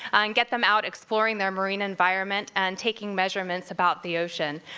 and get them out, exploring their marine environment, and taking measurements about the ocean.